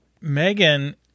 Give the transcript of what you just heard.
Megan